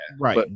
Right